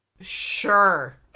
sure